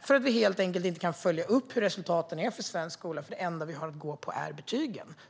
för att vi inte kan följa upp hur resultaten är för svensk skola, för det enda vi har att gå på är betygen.